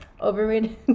Overrated